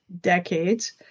decades